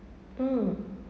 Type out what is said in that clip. mm